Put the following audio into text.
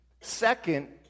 Second